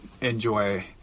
enjoy